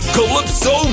Calypso